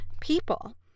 people